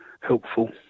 Helpful